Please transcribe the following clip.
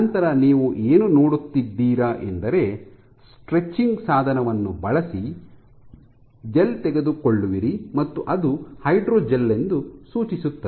ನಂತರ ನೀವು ಏನು ಮಾಡುತ್ತಿದ್ದೀರಾ ಎಂದರೆ ಸ್ಟ್ರೆಚಿಂಗ್ ಸಾಧನವನ್ನು ಬಳಸಿ ಜೆಲ್ ತೆಗೆದುಕೊಳ್ಳುವಿರಿ ಮತ್ತು ಅದು ಹೈಡ್ರೋಜೆಲ್ ಎಂದು ಸೂಚಿಸುತ್ತದೆ